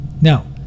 Now